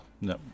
no